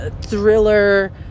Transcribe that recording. thriller